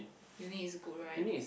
uni is good right